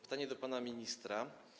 Pytanie do pana ministra.